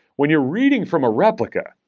when you're reading from a replica,